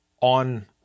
on